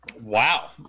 Wow